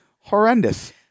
horrendous